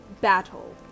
battle